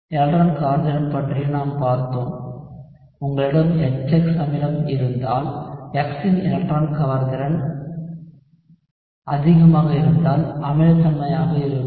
எலக்ட்ரான்கவர்திறன் பற்றியும் நாம் பார்த்தோம் உங்களிடம் HX அமிலம் இருந்தால் X ன் எலக்ட்ரான்கவர்திறன் அதிகமாக இருந்தால் அமிலத்தன்மையாக இருக்கும்